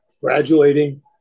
graduating